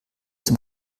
zum